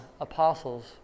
apostles